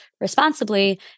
responsibly